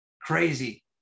crazy